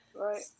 Right